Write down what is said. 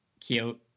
cute